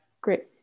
Great